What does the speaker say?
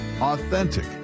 authentic